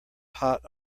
hot